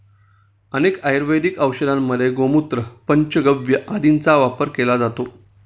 अनेक आयुर्वेदिक औषधांमध्ये गोमूत्र, पंचगव्य आदींचा वापर केला जातो